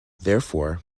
therefore